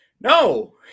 No